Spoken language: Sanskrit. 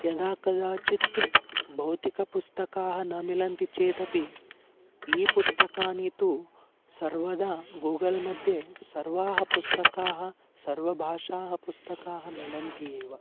यदा कदाचित् भौतिकपुस्तकानि न मिलन्ति चेदपि ई पुस्तकानि तु सर्वदा गूगल् मध्ये सर्वाणि पुस्तकानि सर्वभाषासु पुस्तकानि मिलन्ति एव